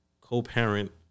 co-parent